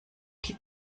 die